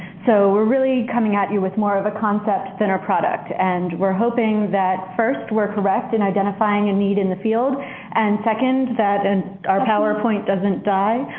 so we're really coming at you with more of a concept than our product. and we're hoping that first we're correct in identifying a need in the field and second that and our powerpoint doesn't die.